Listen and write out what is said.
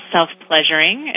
Self-Pleasuring